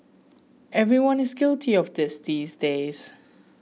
everyone is guilty of this these days